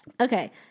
Okay